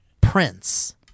Prince